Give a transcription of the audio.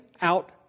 out